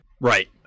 Right